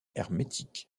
hermétiques